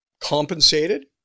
compensated